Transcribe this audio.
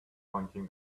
pointing